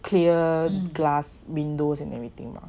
clear glass windows and everything